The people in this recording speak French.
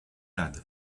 malade